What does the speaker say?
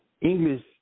English